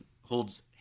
holds